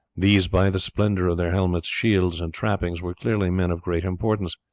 these by the splendour of their helmets, shields, and trappings were clearly men of great importance.